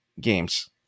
games